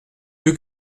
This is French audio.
plus